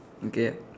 okay